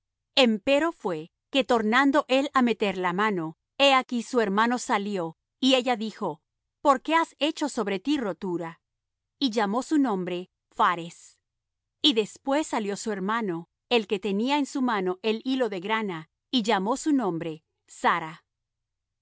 primero empero fué que tornando él á meter la mano he aquí su hermano salió y ella dijo por qué has hecho sobre ti rotura y llamó su nombre phares y después salió su hermano el que tenía en su mano el hilo de grana y llamó su nombre zara